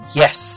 yes